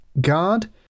guard